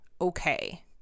okay